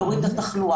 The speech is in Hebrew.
להוריד את התחלואה.